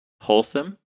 Wholesome